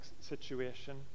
situation